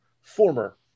Former